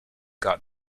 got